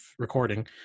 recording